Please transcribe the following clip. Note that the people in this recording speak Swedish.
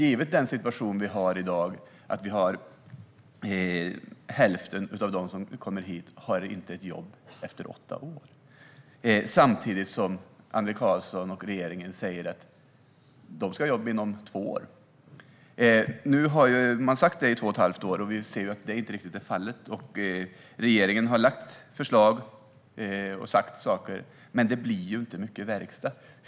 I den situation vi har i dag har hälften av dem som kommer hit inte ett jobb efter åtta år, samtidigt som Annelie Karlsson och regeringen säger att de ska ha jobb inom två år. Nu har man sagt detta i två och ett halvt år, och vi ser att det inte riktigt är fallet. Regeringen har lagt fram förslag och sagt saker, men det blir inte mycket verkstad.